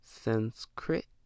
Sanskrit